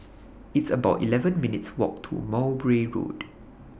It's about eleven minutes' Walk to Mowbray Road